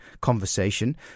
conversation